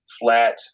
flat